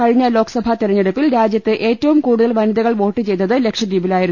കഴിഞ്ഞ ലോക്സഭാ തെരഞ്ഞെടൂപ്പിൽ രാജ്യത്ത് ഏറ്റവും കൂടുതൽ വനിതകൾ വോട്ട് ചെയ്തത് ലക്ഷദ്വീപിലായിരുന്നു